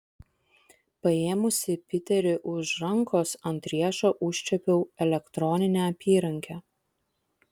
paėmusi piterį už rankos ant riešo užčiuopiau elektroninę apyrankę